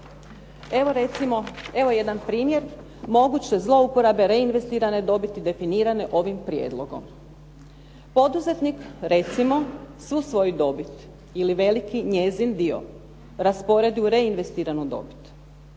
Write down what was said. Evo recimo, evo jedan primjer, moguće zlouporabe reinvestirane dobiti definirane ovim prijedlogom. Poduzetnik recimo, svu svoju dobit ili veliki njezin dio, rasporedi u reinvestiranu dobit.